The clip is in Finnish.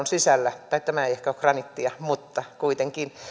graniittitalon sisällä tai tämä ei ehkä ole graniittia mutta kuitenkin